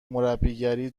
مربیگری